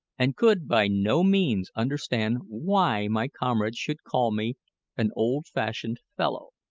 and could by no means understand why my comrades should call me an old-fashioned fellow.